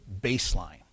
baseline